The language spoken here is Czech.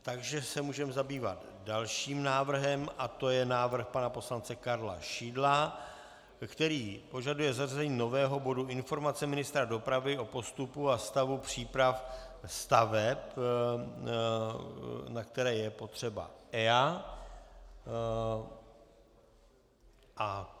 Takže se můžeme zabývat dalším návrhem a to je návrh pana poslance Karla Šidla, který požaduje zařazení nového bodu Informace ministra dopravy o postupu a stavu příprav staveb, na které je potřeba EIA.